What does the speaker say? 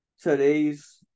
today's